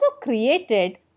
created